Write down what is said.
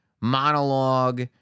monologue